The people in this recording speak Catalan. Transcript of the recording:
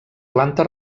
planta